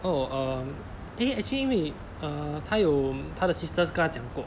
oh um eh actually 因为 err 他有他的 sisters 跟他讲过